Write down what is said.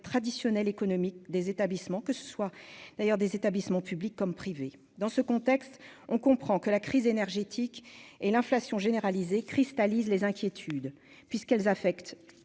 traditionnels économique des établissements, que ce soit d'ailleurs des établissements publics comme privés, dans ce contexte, on comprend que la crise énergétique et l'inflation généralisée cristallise les inquiétudes puisqu'elles affectent